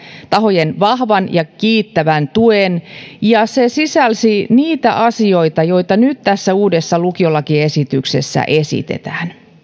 tahojen vahvan ja kiittävän tuen ja se sisälsi niitä asioita joita nyt tässä uudessa lukiolakiesityksessä esitetään